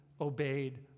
obeyed